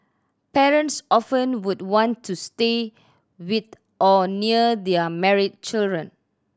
parents often would want to stay with or near their married children